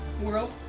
world